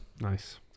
Nice